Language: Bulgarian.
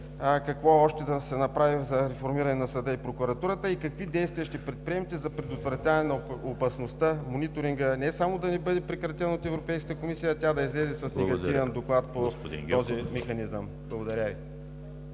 какво още да се направи за реформиране на съда и прокуратурата? Какви действия ще предприемете за предотвратяване на опасността Мониторингът не само да не бъде прекратен от Европейската комисия, а тя да излезе с негативен доклад по този механизъм? Благодаря.